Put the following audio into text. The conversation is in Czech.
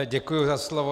Děkuji za slovo.